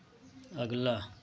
अगला